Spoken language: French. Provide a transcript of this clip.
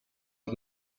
ont